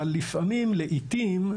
אבל לפעמים, לעיתים,